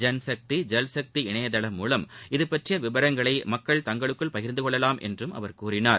ஜன்சக்தி ஜல்சக்தி இணையதளம் மூலம் இதுபற்றிய விவரங்களை மக்கள் தங்களுக்குள் பகிர்ந்துகொள்ளலாம் என்று அவர் கூறினார்